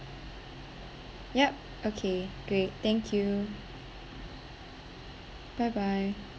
yup okay great thank you bye bye